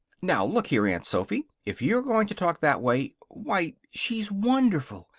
now, look here, aunt sophy! if you're going to talk that way why, she's wonderful.